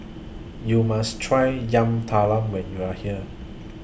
YOU must Try Yam Talam when YOU Are here